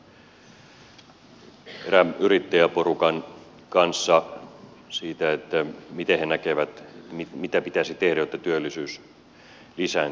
juttelin tuossa erään yrittäjäporukan kanssa siitä miten he näkevät mitä pitäisi tehdä jotta työllisyys lisääntyisi